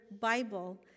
Bible